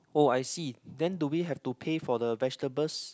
oh I see then do we have to pay for the vegetables